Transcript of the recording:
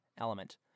element